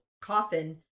coffin